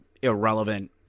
irrelevant